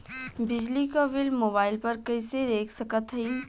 बिजली क bill mobile पर कईसे देख सकत हई?